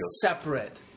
separate